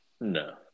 No